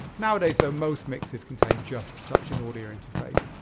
nowadays though, most mixers contain just such an audio interface.